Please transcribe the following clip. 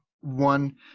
one